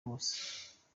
bose